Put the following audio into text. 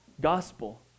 gospel